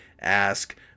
Ask